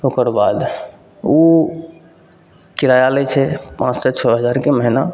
ओकरबाद ओ किराया लै छै पाँचसे छओ हजारके महिना